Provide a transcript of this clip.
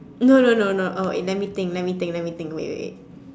no no no no oh let me think let me think let me think wait wait